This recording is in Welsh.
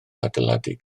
adeiladu